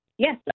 Yes